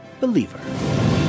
believer